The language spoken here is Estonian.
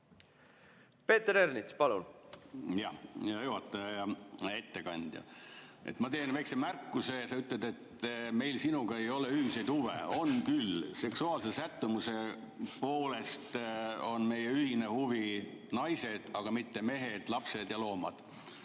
Peeter Ernits, palun!